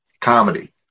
comedy